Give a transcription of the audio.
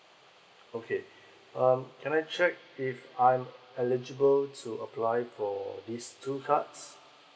okay um can I check if I'm eligible to apply for these two cards